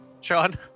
Sean